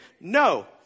No